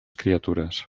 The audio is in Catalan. criatures